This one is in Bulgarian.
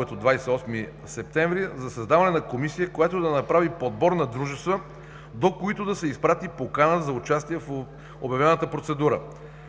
от 28 септември за създаване на комисия, която да направи подбор на дружества, до които да се изпрати покана за участие в обявената процедура.